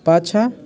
पाछाँ